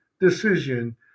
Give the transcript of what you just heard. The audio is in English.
decision